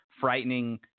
frightening